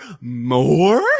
more